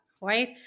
Right